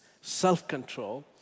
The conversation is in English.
self-control